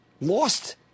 lost